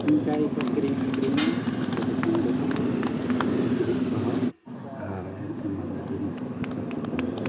ᱤᱱᱠᱟᱹ ᱜᱮᱠᱚ ᱠᱤᱨᱤᱧ ᱟᱹᱠᱷᱨᱤᱧᱟ ᱟᱛᱳ ᱫᱤᱥᱚᱢ ᱨᱮᱫᱚ ᱠᱤᱪᱨᱤᱡ ᱠᱚᱦᱚᱸ ᱟᱨ ᱮᱢᱟᱱ ᱡᱤᱱᱤᱥ ᱯᱟᱹᱛᱤ ᱠᱚᱦᱚᱸ